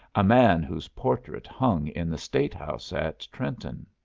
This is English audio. a man whose portrait hung in the state house at trenton.